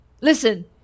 Listen